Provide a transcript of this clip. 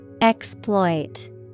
Exploit